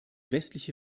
westliche